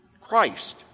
Christ